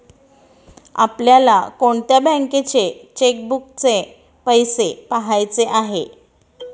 आपल्याला कोणत्या बँकेच्या चेकबुकचे पैसे पहायचे आहे?